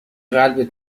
قلبت